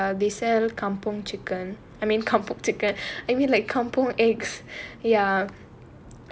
void deck lah they sell kampung chicken I mean kampung chicken kampung eggs ya